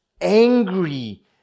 angry